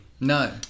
No